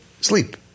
Sleep